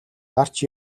гарч